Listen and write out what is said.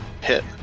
hit